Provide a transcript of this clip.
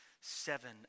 seven